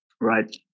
Right